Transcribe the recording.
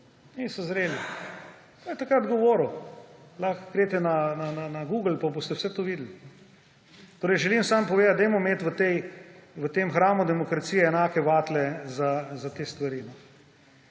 niso zreli. To je takrat govoril. Lahko greste na Google pa boste vse to videli. Želim samo povedati, dajmo imeti v tem hramu demokracije enake vatle za te stvari.